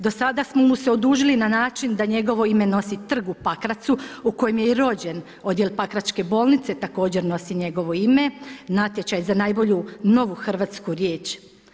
Do sada smo mu se odužili na način da njegovo ime nosi trg u Pakracu u kojem je i rođen, odjel Pakračke bolnice također nosi njegovo ime, natječaj za najbolju novu hrvatsku riječ.